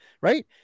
Right